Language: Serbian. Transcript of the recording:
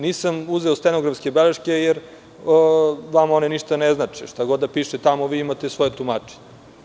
Nisam uzeo stenografske beleške jer vama one ništa ne znače, šta god da piše tamo, vi imate svoje tumačenje.